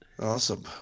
Awesome